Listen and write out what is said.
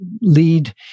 lead